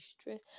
stress